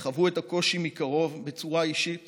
הם חוו את הקושי מקרוב בצורה אישית